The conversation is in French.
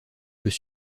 peut